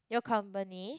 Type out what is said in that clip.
your company